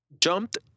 jumped